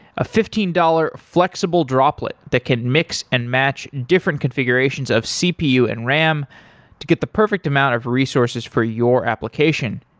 a fifteen dollars flexible droplet that can mix and match different configurations of cpu and ram to get the perfect amount of resources for your application.